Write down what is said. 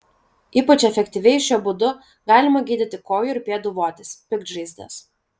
ypač efektyviai šiuo būdu galima gydyti kojų ir pėdų votis piktžaizdes